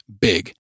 big